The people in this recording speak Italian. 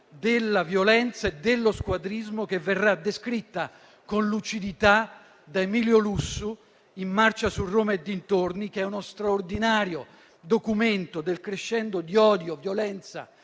della violenza" e dello squadrismo che verrà descritta con lucidità da Emilio Lussu in «Marcia su Roma e dintorni», che è uno straordinario documento del crescendo di odio, violenza